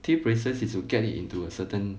teeth braces is to get it into a certain